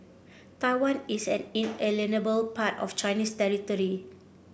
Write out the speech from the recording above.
Taiwan is an inalienable part of Chinese territory